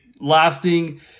lasting